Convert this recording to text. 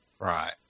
Right